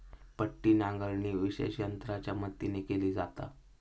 पट्टी नांगरणी विशेष यंत्रांच्या मदतीन केली जाता